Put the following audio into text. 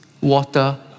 water